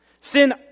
Sin